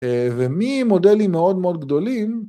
וממודלים מאוד מאוד גדולים